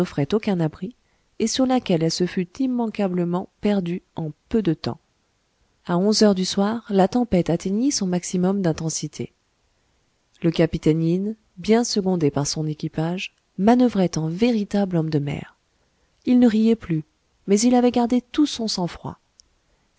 aucun abri et sur laquelle elle se fût immanquablement perdue en peu de temps a onze heures du soir la tempête atteignit son maximum d'intensité le capitaine yin bien secondé par son équipage manoeuvrait en véritable homme de mer il ne riait plus mais il avait gardé tout son sang-froid